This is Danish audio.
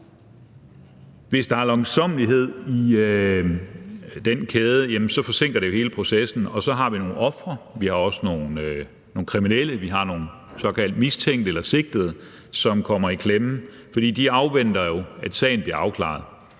Hvis der er langsommelighed i den kæde, forsinker det jo hele processen, og så har vi nogle ofre, vi har også nogle kriminelle, vi har nogle såkaldt mistænkte eller sigtede, som kommer i klemme, fordi de jo afventer, at sagen bliver afklaret.